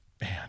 man